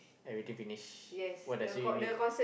everything finish what does it mean